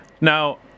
now